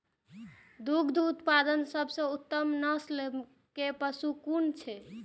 दुग्ध उत्पादक सबसे उत्तम नस्ल के पशु कुन छै?